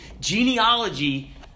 genealogy